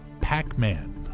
Pac-Man